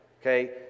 Okay